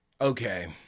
Okay